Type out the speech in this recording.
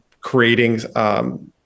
creating